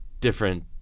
different